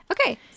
Okay